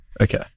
Okay